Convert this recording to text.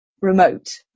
remote